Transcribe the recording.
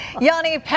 Yanni